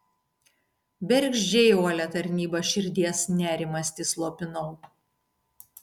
bergždžiai uolia tarnyba širdies nerimastį slopinau